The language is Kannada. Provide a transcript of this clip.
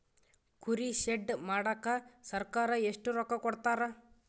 ಕುರಿ ಶೆಡ್ ಮಾಡಕ ಸರ್ಕಾರ ಎಷ್ಟು ರೊಕ್ಕ ಕೊಡ್ತಾರ?